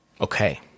Okay